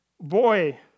Boy